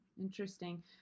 interesting